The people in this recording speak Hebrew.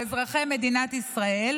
על אזרחי מדינת ישראל,